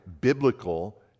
biblical